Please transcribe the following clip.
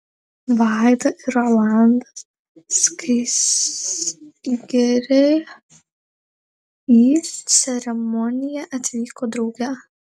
vaida ir rolandas skaisgiriai į ceremoniją atvyko drauge